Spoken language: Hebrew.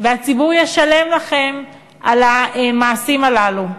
והציבור ישלם לכם על המעשים הללו.